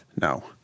no